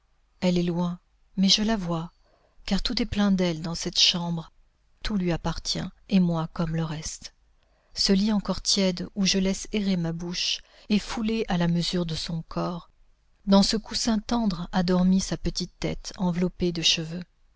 elle est loin mais je la vois car tout est plein d'elle dans cette chambre tout lui appartient et moi comme le reste ce lit encore tiède où je laisse errer ma bouche est foulé à la mesure de son corps dans ce coussin tendre a dormi sa petite tête enveloppée de cheveux